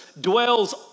dwells